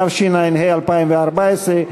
התשע"ה 2014,